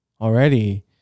already